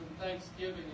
thanksgiving